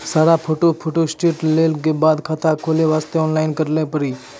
सारा photo photostat लेल के बाद खाता खोले वास्ते ऑनलाइन करिल पड़ी?